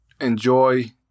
enjoy